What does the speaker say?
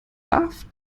darf